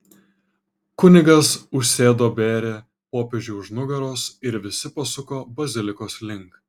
kunigas užsėdo bėrį popiežiui už nugaros ir visi pasuko bazilikos link